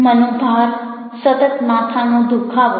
મનોભાર સતત માથાનો દુખાવો